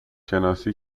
شناسی